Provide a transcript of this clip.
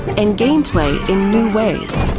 and gameplay in new ways